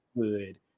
good